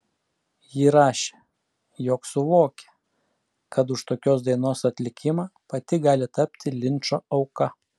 ji rašė jog suvokė kad už tokios dainos atlikimą pati gali tapti linčo auka